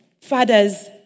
Fathers